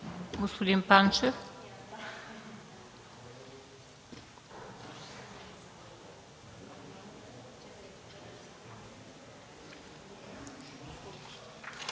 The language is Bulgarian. Благодаря.